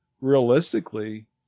realistically